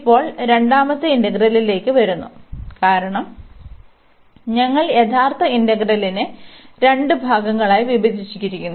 ഇപ്പോൾ രണ്ടാമത്തെ ഇന്റഗ്രലിലേക്ക് വരുന്നു കാരണം ഞങ്ങൾ യഥാർത്ഥ ഇന്റഗ്രലിനെ രണ്ട് ഭാഗങ്ങളായി വിഭജിച്ചിരിക്കുന്നു